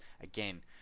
again